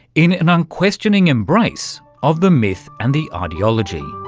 in an unquestioning embrace of the myth and the ideology.